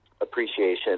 appreciation